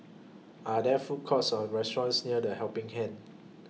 Are There Food Courts Or restaurants near The Helping Hand